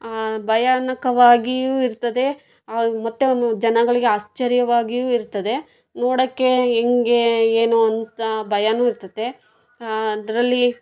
ಭಯಾನಕವಾಗಿಯೂ ಇರ್ತದೆ ಮತ್ತು ಅವನು ಜನಗಳಿಗೆ ಆಶ್ಚರ್ಯವಾಗಿಯೂ ಇರ್ತದೆ ನೋಡೋಕ್ಕೆ ಹೆಂಗೇ ಏನು ಅಂತ ಭಯನೂ ಇರ್ತದೆ ಅದರಲ್ಲಿ